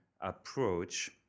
approach